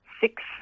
six